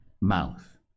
mouth